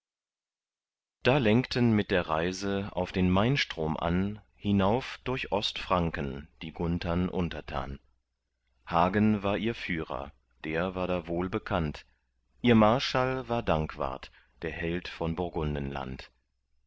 da lenkten mit der reise auf den mainstrom an hinauf durch ostfranken die gunthern untertan hagen war ihr führer der war da wohlbekannt ihr marschall war dankwart der held von